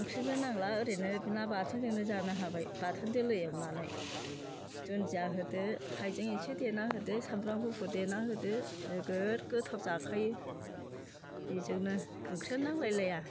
ओंख्रिबो नांला ओरैनो ना बाथोनजोंनो जानो हाबाय बाथोन दोलो एवनानै दुन्दिया होदो हायजें एसे देना होदो सामब्राम गुफुर देना होदो नोगोद गोथाव जाखायो बेजोंनो ओंख्रिआनो नांलायलाया